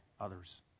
others